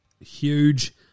huge